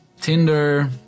tinder